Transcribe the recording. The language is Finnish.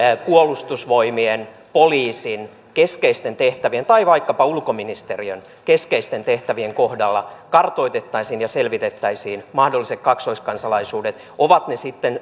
puolustusvoimien poliisin keskeisten tehtävien tai vaikkapa ulkoministeriön keskeisten tehtävien kohdalla kartoitettaisiin ja selvitettäisiin mahdolliset kaksoiskansalaisuudet ovat ne sitten